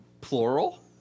Plural